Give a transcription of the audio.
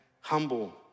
Humble